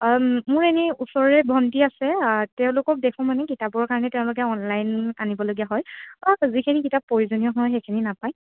মোৰ এনেই ওচৰৰে ভণ্টি আছে তেওঁলোকক দেখো মানে কিতাপৰ কাৰণে তেওঁলোকে অনলাইন আনিবলগীয়া হয় অঁ যিখিনি কিতাপ প্ৰয়োজনীয় হয় সেইখিনি নাপায়